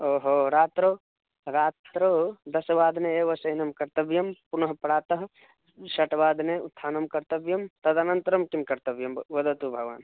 ओ हो रात्रौ रात्रौ दशवादने एव शयनं कर्तव्यं पुनः प्रातः षड् वादने उत्थानं कर्तव्यं तदनन्तरं किं कर्तव्यं व् वदतु भवान्